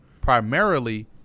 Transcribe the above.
Primarily